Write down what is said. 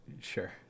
Sure